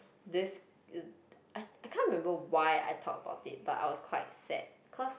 this I I can't remember why I talk about it but I was quite sad cause